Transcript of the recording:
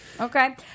Okay